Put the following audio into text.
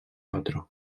patró